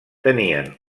tenien